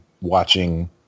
watching